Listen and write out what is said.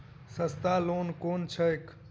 सस्ता लोन केँ छैक